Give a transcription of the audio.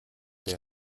der